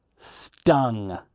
stung!